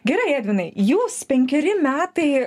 gerai edvinai jūs penkeri metai